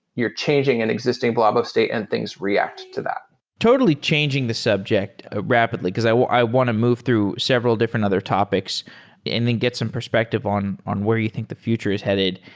you're changing an existing blob of state and things react to that totally changing the subject rapidly, because i want i want to move through several different other topics and then get some perspective on on where you think the future is headed.